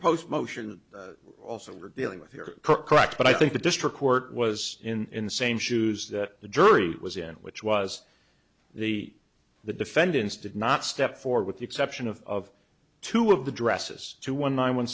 post motion also we're dealing with here but i think the district court was in the same shoes that the jury was in which was the the defendants did not step forward with the exception of two of the dresses two one nine one